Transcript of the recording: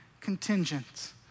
contingent